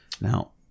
Now